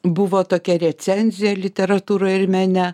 buvo tokia recenzija literatūroj ir mene